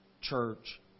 church